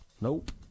Nope